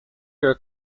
your